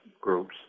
groups